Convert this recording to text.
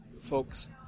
folks